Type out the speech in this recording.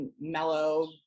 mellow